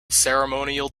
ceremonial